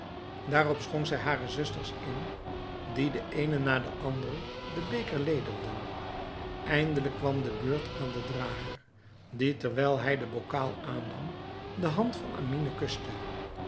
daarop schonk zij hare zusters in die de eene na de andere den beker ledigden eindelijk kwam de beurt aan den drager die terwijl hij de bokaal aannam de hand van amine kuste